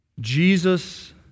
Jesus